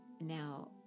Now